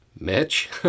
Mitch